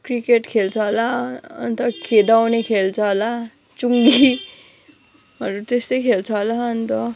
cricket खेल्छ होला अन्त खेदाउने खेल्छ होला चुङ्गी हरू त्यस्तै खेल्छ होला अन्त